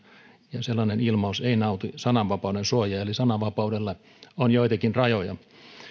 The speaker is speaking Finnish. ja sellainen ilmaus ei nauti sananvapauden suojaa eli sananvapaudelle on joitakin rajoja